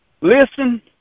listen